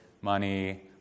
money